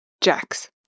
jacks